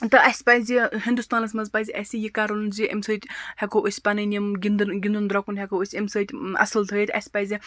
تہٕ اَسہِ پَزِ ہِندُستانَس منٛز پَزِ اَسہِ یہِ کَرُن زِ اَمہِ سۭتۍ ہیٚکو أسۍ پَنٕنۍ یِم گِنٛدِن گِنٛدُن درٛۄکُن ہیٚکو أسۍ اَمہِ سۭتۍ اَصٕل تھٲیِتھ اَسہِ پَزِ